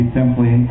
simply